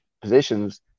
positions